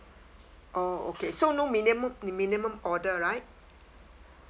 oh okay so no minimum minimum order right